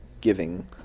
giving